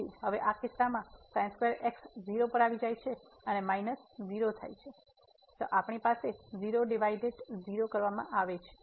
તેથી હવે આ કિસ્સામાં 0 પર જાય છે અને માઇનસ 0 થાય છે તો આપણી પાસે 0 ડિવાઈડેડ 0 કરવામાં આવે છે